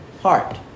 heart